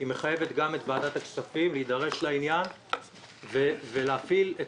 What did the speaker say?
מחייבת גם את ועדת הכספים להידרש לעניין ולהפעיל את